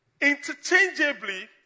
interchangeably